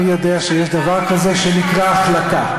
אני יודע שיש דבר כזה שנקרא החלטה.